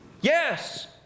Yes